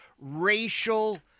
Racial